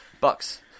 Bucks